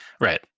Right